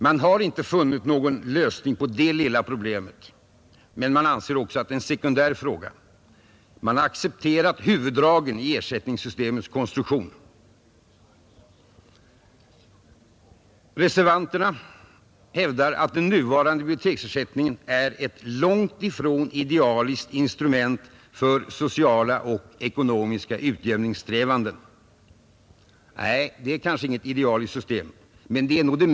Man har inte funnit någon lösning på det problemet, men man anser också att det är en sekundär fråga. Man har accepterat huvuddragen i ersättningssystemets konstruktion. Reservanterna hävdar att den nuvarande biblioteksersättningen är ”ett långtifrån idealiskt instrument för sociala och ekonomiska utjämningssträvanden”.